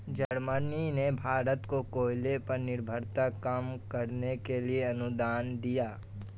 Germany ने भारत को कोयले पर निर्भरता कम करने के लिए अनुदान दिया